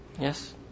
Yes